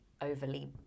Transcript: overly